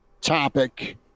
topic